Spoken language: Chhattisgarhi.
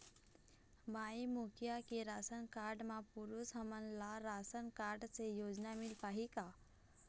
माई मुखिया के राशन कारड म पुरुष हमन ला राशन कारड से योजना मिल पाही का?